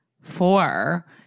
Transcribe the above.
four